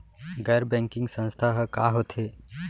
गैर बैंकिंग संस्था ह का होथे?